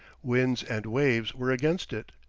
winds and waves were against it.